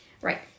Right